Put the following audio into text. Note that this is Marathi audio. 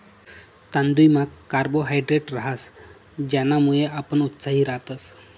तांदुयमा कार्बोहायड्रेट रहास ज्यानामुये आपण उत्साही रातस